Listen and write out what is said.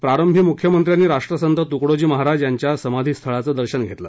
प्रारंभी मुख्यमंत्र्यांनी राष्ट्रसंत तुकडोजी महाराज यांच्या समाधीस्थळाचं दर्शन घेतले